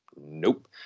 nope